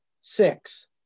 Six